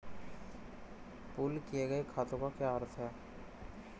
Pool किए गए खातों का क्या अर्थ है?